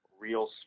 real